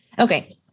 okay